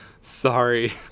sorry